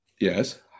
Yes